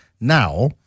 now